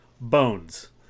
Bones